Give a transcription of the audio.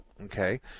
Okay